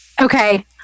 Okay